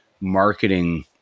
marketing